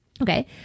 Okay